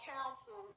Council